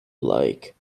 like